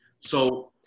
So-